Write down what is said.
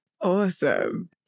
awesome